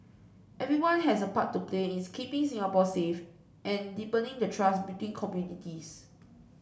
everyone has a part to play is keeping Singapore safe and deepening the trust between communities